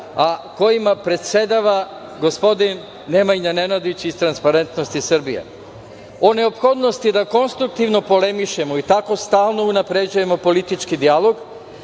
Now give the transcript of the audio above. a kojima predsedava gospodin Nemanja Nenadić iz "Transparentnosti Srbija".O neophodnosti da konstruktivno polemišemo i tako stalno unapređujemo politički dijalog